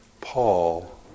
Paul